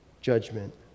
judgment